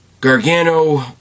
Gargano